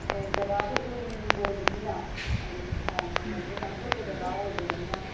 ꯖꯒꯥꯗꯣ ꯎꯔꯨꯝ ꯑꯣꯏꯕꯅꯤꯅ ꯍꯥꯏꯗꯤ ꯅꯨꯡꯁꯥ ꯌꯥꯝ ꯐꯪꯗꯕꯅꯤꯅ ꯑꯆꯣꯠꯄ ꯖꯒꯥ ꯑꯣꯏꯕꯅꯤꯅ